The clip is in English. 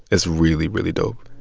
it's really, really dope.